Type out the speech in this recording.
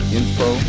info